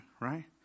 right